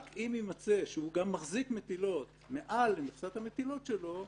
רק אם יימצא שהוא גם מחזיק מטילות מעל מכסת המטילות שלו,